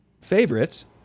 favorites